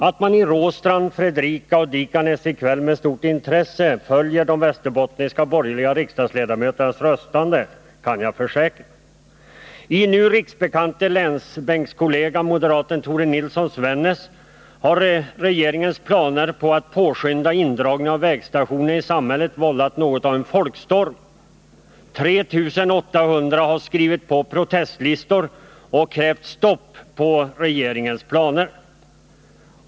Att man i Råstrand, Fredrika och Dikanäs i kväll med stort intresse följer de västerbottniska borgerliga riksdagsledamöternas röstande kan jag försäkra. I den nu riksbekante länsbänkskollegans, moderaten Tore Nilssons, Vännäs har regeringens planer på att påskynda indragningen av vägstationer i samhällena vållat något av en folkstorm. 3 800 människor har skrivit på protestlistor och kräver ett stopp för regeringens planer.